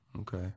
Okay